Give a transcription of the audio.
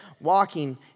walking